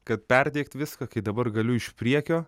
kad perteikt viską kai dabar galiu iš priekio